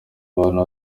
bantu